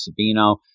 Sabino